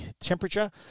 temperature